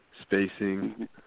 spacing